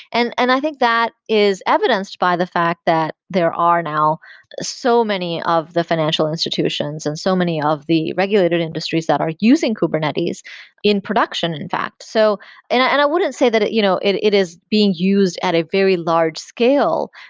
and and i think that is evidenced by the fact that there are now so many of the financial institutions and so many of the regulated industries that are using kubernetes in production in fact. so and i wouldn't say that it you know it is being used at a very large-scale,